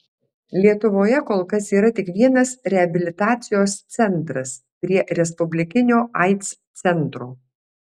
lietuvoje kol kas yra tik vienas reabilitacijos centras prie respublikinio aids centro